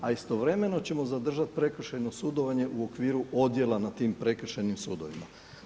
A istovremeno ćemo zadržati prekršajno sudovanje u okviru odjela na tim prekršajnim sudovima.